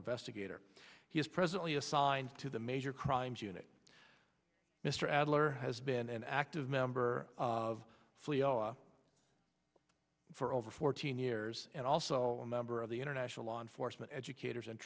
investigator he is presently assigned to the major crimes unit mr adler has been an active member of fiala for over fourteen years and also a member of the international law enforcement educators and